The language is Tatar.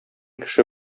кеше